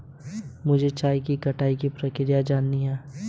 मुझे चाय की कटाई की प्रक्रिया जाननी है